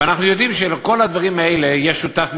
ואנחנו יודעים שלכל הדברים האלה יש שותף מרכזי,